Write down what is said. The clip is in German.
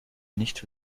nicht